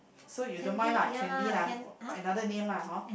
so you don't mind lah Candy lah another name lah hor